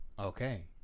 okay